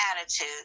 attitude